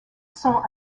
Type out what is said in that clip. sont